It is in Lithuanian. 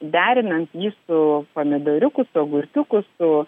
derinant jį su pomidoriuku su agurkiuku su